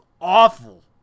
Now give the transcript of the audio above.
awful